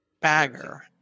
Bagger